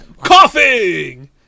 coughing